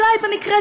אולי במקרה,